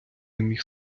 міг